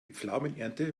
pflaumenernte